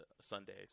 Sundays